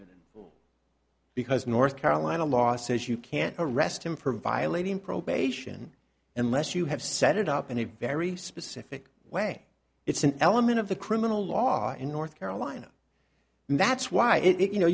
payment because north carolina law says you can't arrest him for violating probation unless you have set it up in a very specific way it's an element of the criminal law in north carolina and that's why if you know